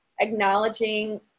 acknowledging